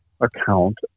account